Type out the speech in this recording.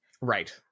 Right